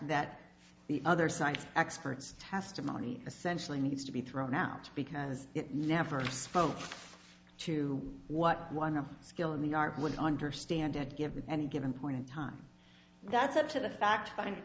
that the other side's experts testimony essentially needs to be thrown out because it never spoke to what one of skill and would understand had given any given point in time that's up to the fact going to